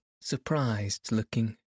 surprised-looking